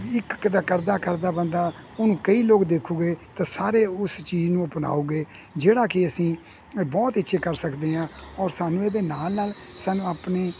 ਇੱਕ ਕਿੱਦਾਂ ਕਰਦਾ ਕਰਦਾ ਬੰਦਾ ਉਹਨੂੰ ਕਈ ਲੋਕ ਦੇਖਣਗੇ ਤਾਂ ਸਾਰੇ ਉਸ ਚੀਜ਼ ਨੂੰ ਅਪਣਾਉਣਗੇ ਜਿਹੜਾ ਕਿ ਅਸੀਂ ਬਹੁਤ ਅੱਛੇ ਕਰ ਸਕਦੇ ਹਾਂ ਔਰ ਸਾਨੂੰ ਇਹਦੇ ਨਾਲ ਨਾਲ ਸਾਨੂੰ ਆਪਣੀ